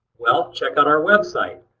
well check out our website,